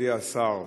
מכובדי השר,